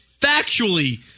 factually